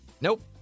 Nope